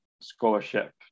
scholarship